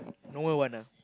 no one want ah